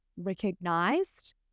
recognized